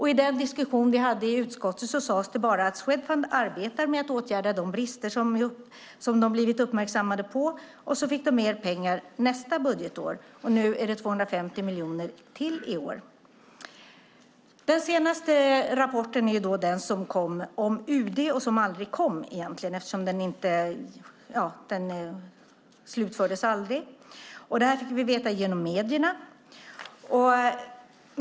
I den diskussion som vi hade i utskottet sades det bara att Swedfund arbetar med att åtgärda de brister som de blivit uppmärksammade på, och så fick de mer pengar nästa budgetår, och nu är det ytterligare 250 miljoner i år. Den senaste rapporten är den om UD som egentligen aldrig kom, eftersom den inte slutfördes. Det fick vi veta genom medierna.